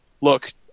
look